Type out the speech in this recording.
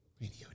Radio